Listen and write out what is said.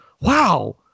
Wow